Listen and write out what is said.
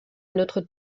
notre